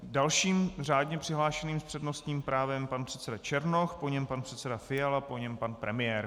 Dalším řádně přihlášeným s přednostním právem je pan předseda Černoch, po něm pan předseda Fiala, po něm pan premiér.